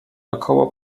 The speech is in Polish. około